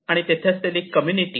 आणि तेथे असलेली कम्युनिटी